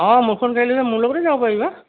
অঁ মোৰখন গাড়ী ল'লে মোৰ লগতে যাব পাৰিবা